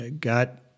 got